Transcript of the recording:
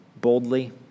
boldly